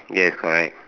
yes correct